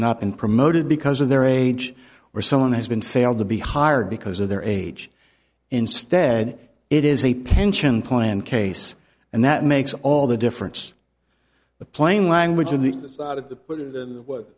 not been promoted because of their age where someone has been failed to be hired because of their age instead it is a pension plan case and that makes all the difference the plain language